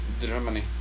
Germany